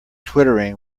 twittering